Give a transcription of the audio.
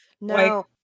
No